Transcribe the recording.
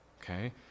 okay